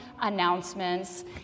announcements